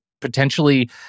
potentially